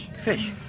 Fish